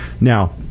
Now